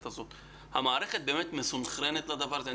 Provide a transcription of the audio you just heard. הזאת: המערכת באמת מסונכרנת לדבר הזה?